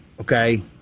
okay